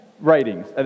Writings